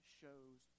shows